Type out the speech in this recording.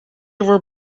were